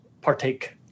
partake